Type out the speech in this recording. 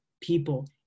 people